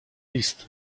list